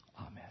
Amen